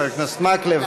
חבר הכנסת מקלב,